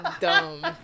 dumb